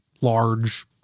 large